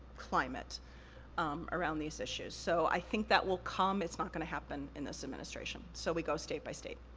climate um around these issues, so i think that will come, it's not gonna happen in this administration. so, we go state by state.